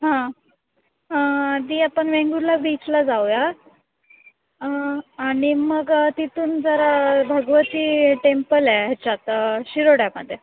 हां ती आपण वेंगुर्ला बीचला जाऊया आणि मग तिथून जरा भगवती टेंपल आहे ह्याच्यात शिरोड्यामध्ये